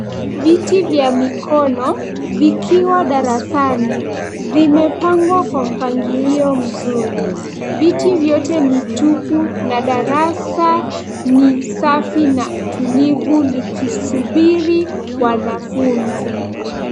Viti vya mikono vikiwa darasani, vimepangwa kwa mpangilio mzuri. Viti vyote ni tupu na darasa ni safi na tulivu likisubiri wanafunzi.